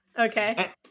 Okay